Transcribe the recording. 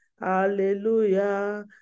Hallelujah